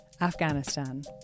Afghanistan